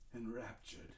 Enraptured